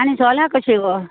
आनी सोलां कशीं गो